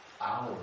hours